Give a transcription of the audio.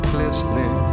listening